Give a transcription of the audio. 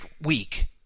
week